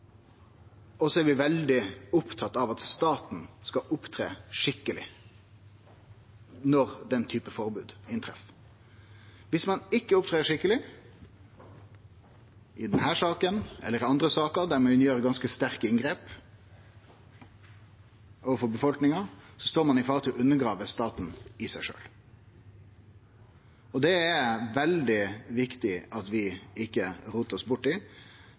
og så er vi veldig opptatt av at staten skal opptre skikkeleg når den typen forbod inntreffer. Viss ein ikkje opptrer skikkeleg i denne saka eller i andre saker der ein gjer ganske sterke inngrep overfor befolkninga, står ein i fare for å undergrave staten i seg sjølv. Det er det veldig viktig at vi ikkje rotar oss